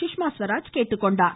சுஷ்மா ஸ்வராஜ் கேட்டுக்கொண்டார்